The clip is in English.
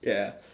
ya